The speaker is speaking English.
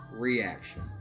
reaction